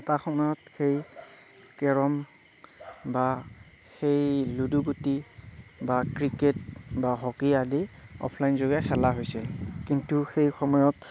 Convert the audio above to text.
এটা সময়ত সেই কেৰম বা সেই লুডুগুটি বা ক্ৰিকেট বা হকী আদি অফলাইন যোগে খেলা হৈছিল কিন্তু সেই সময়ত